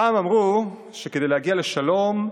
פעם אמרו שכדי להגיע לשלום,